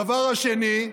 הדבר השני,